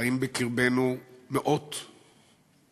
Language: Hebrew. חיים בקרבנו מאות-אלפים,